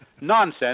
nonsense